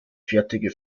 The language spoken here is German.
fertige